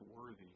worthy